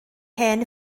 hen